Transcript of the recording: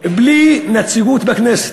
בלי נציגות בכנסת.